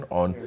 on